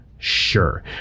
sure